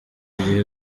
gihe